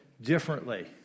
differently